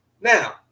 Now